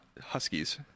Huskies